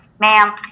Ma'am